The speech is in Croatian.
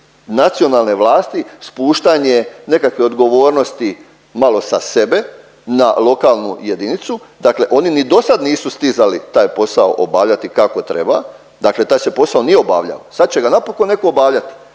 nacionalne vlasti, spuštanje nekakve odgovornosti malo sa sebe na lokalnu jedinicu. Dakle oni ni do sad nisu stizali taj posao obavljati kako treba. Dakle taj se posao nije obavljao. Sad će ga napokon netko obavljati